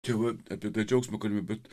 tėvai atidavė džiaugsmu galiu bet